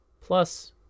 plus